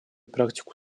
практику